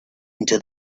into